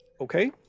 Okay